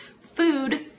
food